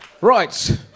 Right